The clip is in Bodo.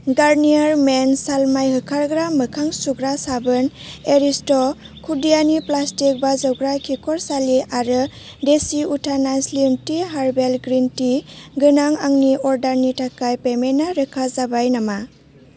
गारनियार मेन सालमाय होखारग्रा मोखां सुग्रा साबोन एरिस्ट' खुदियानि प्लास्टिक बाजौग्रा खिखरसालि आरो देसि उथाना slim tea herbal green tea गोनां आंनि अर्डारनि थाखाय पेमेन्टा रोखा जाबाय नामा